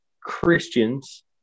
Christians